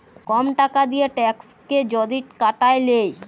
কম টাকা দিঁয়ে ট্যাক্সকে যদি কাটায় লেই